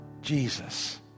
Jesus